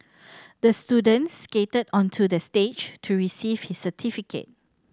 the student skated onto the stage to receive his certificate